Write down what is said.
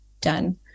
done